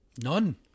None